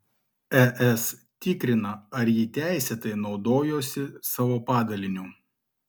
es tikrina ar ji teisėtai naudojosi savo padaliniu